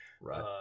Right